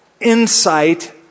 insight